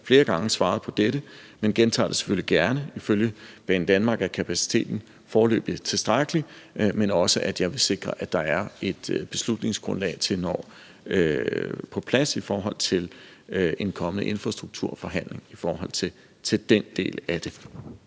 flere gange svaret på dette, men gentager det selvfølgelig gerne, nemlig at kapaciteten ifølge Banedanmark foreløbig er tilstrækkelig, men jeg vil også sikre, at der er et beslutningsgrundlag på plads i forhold til en kommende infrastrukturforhandling i forhold til den del af det.